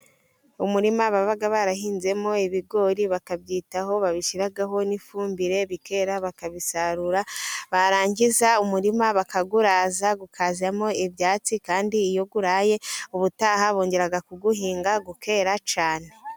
Umurima baba barahinzemo ibigori bakabyitaho babishyiraho n'ifumbire, bikera bakabisarura barangiza umurima bakawuraza ukazamo ibyatsi, kandi iyo uraye ubutaha bongera kuwuhinga ukera cyane.